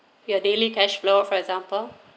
your daily cash flow for example